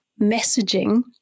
messaging